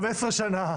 15 שנה?